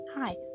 Hi